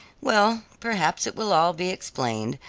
well, perhaps it will all be explained.